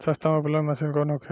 सस्ता में उपलब्ध मशीन कौन होखे?